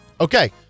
okay